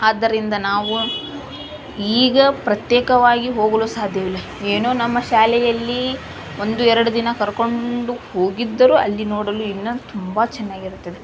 ಆದ್ದರಿಂದ ನಾವು ಈಗ ಪ್ರತ್ಯೇಕವಾಗಿ ಹೋಗಲು ಸಾಧ್ಯವಿಲ್ಲ ಏನೋ ನಮ್ಮ ಶಾಲೆಯಲ್ಲಿ ಒಂದು ಎರಡು ದಿನ ಕರ್ಕೊಂಡು ಹೋಗಿದ್ದರೂ ಅಲ್ಲಿ ನೋಡಲು ಇನ್ನು ತುಂಬ ಚೆನ್ನಾಗಿರುತ್ತದೆ